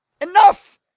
Enough